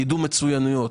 קידום מצוינויות,